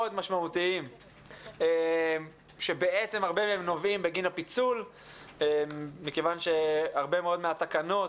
משמעותיים שבעצם הרבה מהם נובעים בגין הפיצול מכיוון שהרבה מאוד מהתקנות,